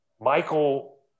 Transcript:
Michael –